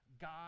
God